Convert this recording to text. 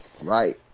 Right